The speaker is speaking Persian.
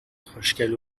خوشگل